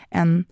en